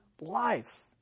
life